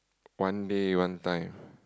one day one time